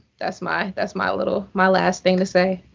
that's my that's my little my last thing to say.